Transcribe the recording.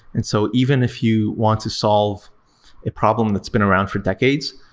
and so even if you want to solve a problem that's been around for decades,